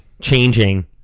changing